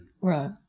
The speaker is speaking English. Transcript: Right